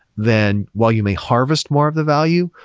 then while you may harvest more of the value,